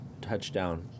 touchdown